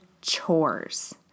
chores